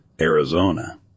Arizona